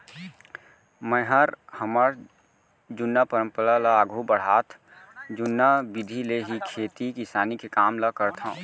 मैंहर हमर जुन्ना परंपरा ल आघू बढ़ात जुन्ना बिधि ले ही खेती किसानी के काम ल करथंव